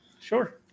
Sure